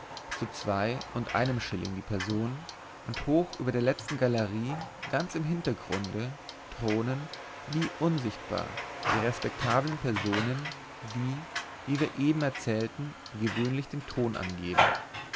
zu zwei und einem schilling die person und hoch über der letzten galerie ganz im hintergrunde thronen wie unsichtbar die respektablen personen die wir wir eben erzählten gewöhnlich den ton angeben